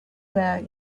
there